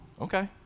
okay